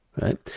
right